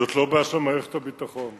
זאת לא בעיה של מערכת הביטחון,